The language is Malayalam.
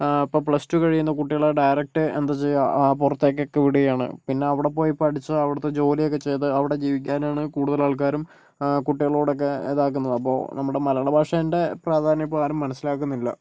ഇപ്പോൾ പ്ലസ് ടു കഴിയുന്ന കുട്ടികള് ഡയറക്റ്റ് എന്താ ചെയ്യുക പുറത്തേക്കൊക്കെ വിടുകയാണ് പിന്നെ അവിടെപ്പോയി പഠിച്ച് അവിടുത്തെ ജോലിയൊക്കെ ചെയ്ത് അവിടെ ജീവിക്കാനാണ് കൂടുതലാൾക്കാരും കുട്ടികളോടൊക്കെ ഇതാക്കുന്നത് അപ്പോൾ നമ്മുടെ മലയാള ഭാഷേൻ്റെ പ്രാധാന്യം ഇപ്പോൾ ആരും മനസിലാക്കുന്നില്ല